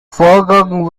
vorgang